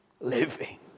living